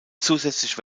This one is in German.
zusätzlich